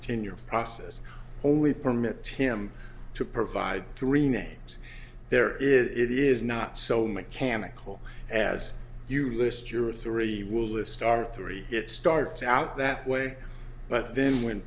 tenure process only permits him to provide three names there is it is not so mechanical as you list your authority will list are three it starts out that way but then when